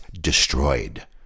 destroyed